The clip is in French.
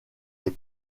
les